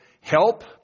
help